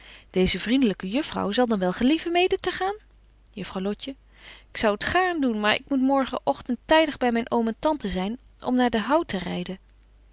deeze vriendelyke juffrouw zal dan wel gelieven mede te gaan juffrouw lotje ik zou t gaarn doen maar betje wolff en aagje deken historie van mejuffrouw sara burgerhart ik moet morgen ogtend tydig by myn oom en tante zyn om naar den hout te ryden